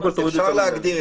אפשר להגדיר.